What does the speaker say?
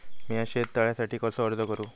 मीया शेत तळ्यासाठी कसो अर्ज करू?